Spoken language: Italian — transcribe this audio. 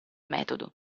metodo